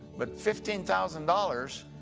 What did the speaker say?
but fifteen thousand dollars